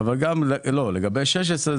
לגבי 16,